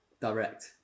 direct